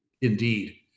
indeed